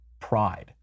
pride